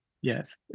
Yes